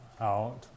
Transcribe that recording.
out